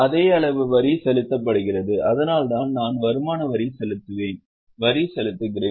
அதே அளவு வரி செலுத்தப்படுகிறது அதனால்தான் நான் வருமான வரி செலுத்துவேன் வரி செலுத்துகிறேன்